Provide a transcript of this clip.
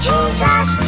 Jesus